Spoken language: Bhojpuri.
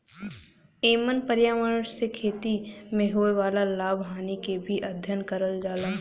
एमन पर्यावरण से खेती में होए वाला लाभ हानि के भी अध्ययन करल जाला